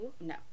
No